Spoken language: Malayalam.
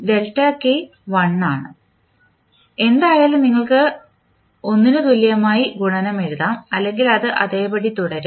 ഡെൽറ്റ കെ 1 ആണ് എന്തായാലും നിങ്ങൾക്ക് 1 ന് തുല്യമായ ഗുണനം എഴുതാം അല്ലെങ്കിൽ അത് അതേപടി തുടരും